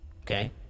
Okay